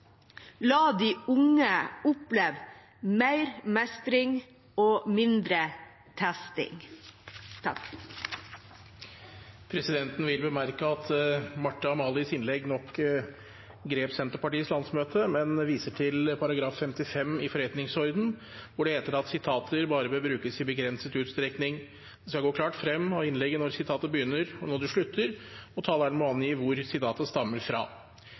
La de unge oppleve mer mestring og mindre testing. Presidenten vil bemerke at Marthe-Amalies innlegg nok grep Senterpartiets landsmøte, men viser til § 55 i forretningsordenen, hvor det står: «Sitater bør bare brukes i begrenset utstrekning. Det skal gå klart frem av innlegget når sitatet begynner og når det slutter, og taleren må angi hvor sitatet stammer fra.»